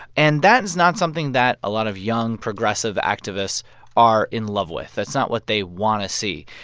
and that is not something that a lot of young, progressive activists are in love with. that's not what they want to see.